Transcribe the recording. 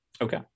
okay